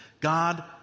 God